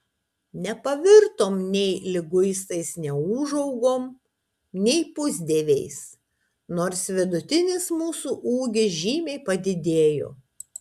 nepavirtom nei liguistais neūžaugom nei pusdieviais nors vidutinis mūsų ūgis žymiai padidėjo